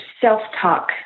self-talk